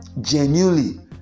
genuinely